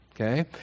okay